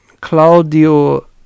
Claudio